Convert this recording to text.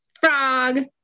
Frog